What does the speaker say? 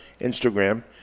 Instagram